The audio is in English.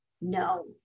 No